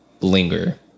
linger